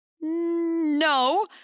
No